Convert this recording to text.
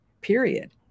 period